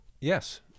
Yes